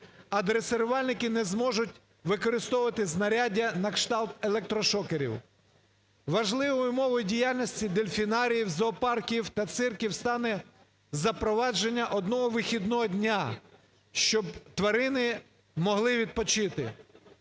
дресирувальники не зможуть використовувати знаряддя на кшталт електрошокерів. Важливою умовою діяльності дельфінаріїв, зоопарків та цирків стане запровадження одного вихідного дня, щоб тварини могли відпочити.